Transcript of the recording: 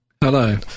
Hello